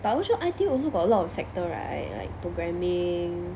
but also I_T also got a lot of sector right like programming